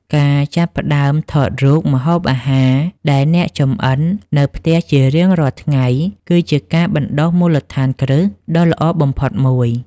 ការចាប់ផ្តើមថតរូបម្ហូបអាហារដែលអ្នកចម្អិននៅផ្ទះជារៀងរាល់ថ្ងៃ គឺជាការបណ្តុះមូលដ្ឋានគ្រឹះដ៏ល្អបំផុតមួយ។